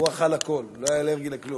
הוא אכל הכול, לא היה אלרגי לכלום.